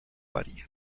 varían